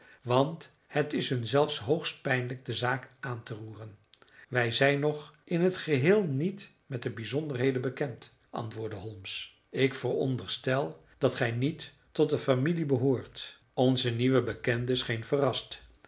want het is hun zelf hoogst pijnlijk de zaak aan te roeren wij zijn nog in t geheel niet met de bijzonderheden bekend antwoordde holmes ik veronderstel dat gij niet tot de familie behoort onze nieuwe bekende scheen verrast